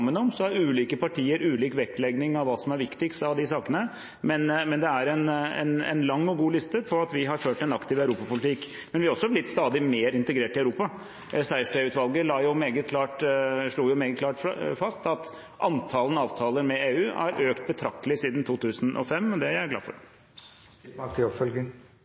om. Ulike partier har ulik vektlegging av hva som er viktigst av de sakene, men det er en lang og god liste over at vi har ført en aktiv europapolitikk. Men vi har også blitt stadig mer integrert i Europa. Sejersted-utvalget slo meget klart fast at antallet avtaler med EU har økt betraktelig siden 2005. Det er jeg glad